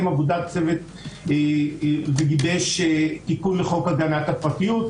עבודת צוות וגיבש תיקון לחוק הגנת הפרטיות.